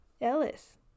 Ellis